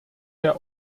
herr